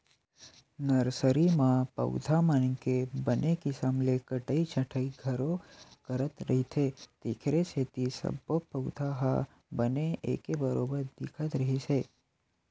nursery म पउधा मन के बने किसम ले कटई छटई घलो करत रहिथे तेखरे सेती सब्बो पउधा ह बने एके बरोबर दिखत रिहिस हे